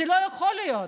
זה לא יכול להיות.